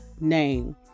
name